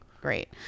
great